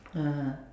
(uh huh)